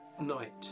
night